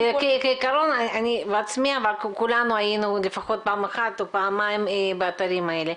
כולנו היינו לפחות פעם אחת או פעמיים באתרים האלה.